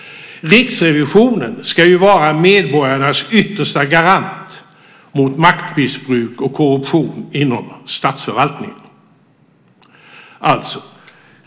Riksrevisionen ska ju vara medborgarnas yttersta garant mot maktmissbruk och korruption inom statsförvaltningen.